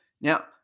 Now